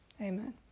Amen